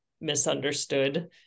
misunderstood